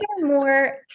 more